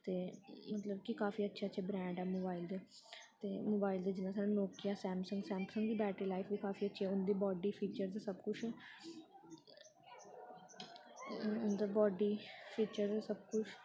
ते मतलब कि काफी अच्छे अच्छे ब्रैंड ऐ मोबाइल दे ते मोबाइल जियां सानूं नोकिया सैमसंग सैमसंग दी बैटरी लाइफ बी काफी अच्छी ऐ उं'दा बॉड्डी फीचर्स सब कुछ उं'दे बॉड्डी फीचर सब कुछ